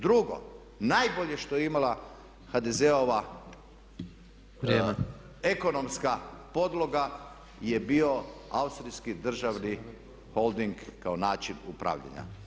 Drugo, najbolje što je imala HDZ-ova ekonomska podloga je bio austrijski državni holding kao način upravljanja.